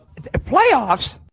playoffs